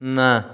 ନା